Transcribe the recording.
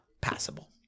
passable